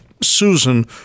Susan